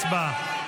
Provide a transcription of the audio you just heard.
הצבעה.